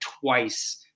twice